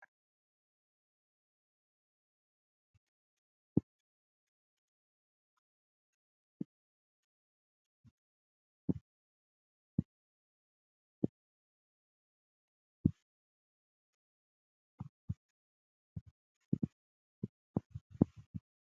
Inka iri kurisha mu ishyamba.